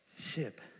ship